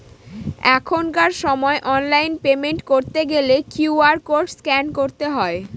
এখনকার সময় online payment করতে গেলে কিউ.আর কোড স্ক্যান করতে হয়